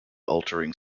altering